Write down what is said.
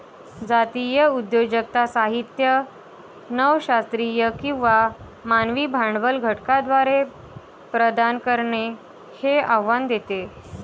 जातीय उद्योजकता साहित्य नव शास्त्रीय किंवा मानवी भांडवल घटकांद्वारे प्रदान करणे हे आव्हान देते